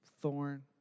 thorn